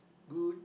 good